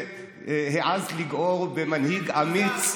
והעזת לגעור במנהיג אמיץ,